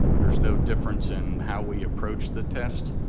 there's no difference in how we approach the test.